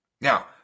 Now